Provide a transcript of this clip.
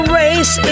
race